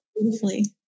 beautifully